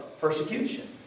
persecution